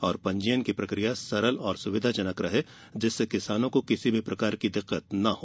और पंजीयन की प्रक्रिया सरल और सुविधाजनक रहे जिससे किसानों को किसी भी प्रकार की दिक्कत नहीं हो